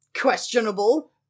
Questionable